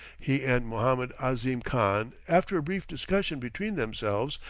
he and mohammed ahzim khan, after a brief discussion between themselves,